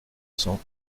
cent